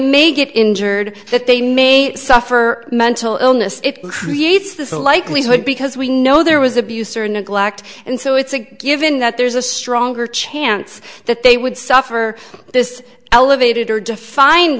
may get injured that they may suffer mental illness it creates the likelihood because we know there was abuse or neglect and so it's a given that there's a stronger chance that they would suffer this elevated or defined